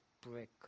brick